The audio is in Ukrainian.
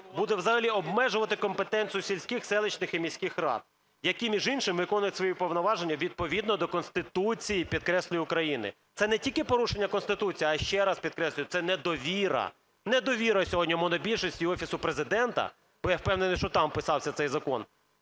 буде взагалі обмежувати компетенцію сільських, селищних і міських рад, які між іншим виконують свої повноваження відповідно до Конституції, підкреслюю, України? Це не тільки порушення Конституції, а, ще раз підкреслюю, це недовіра, недовіра сьогодні монобільшості і Офісу Президента, бо я впевнений, що там писався цей закон,